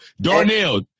Darnell